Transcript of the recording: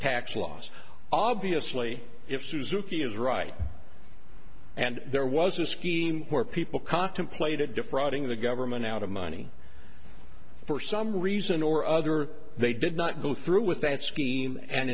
tax loss obviously if suki is right and there was a scheme where people contemplated defrauding the government out of money for some reason or other they did not go through with that scheme and